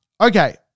okay